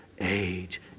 age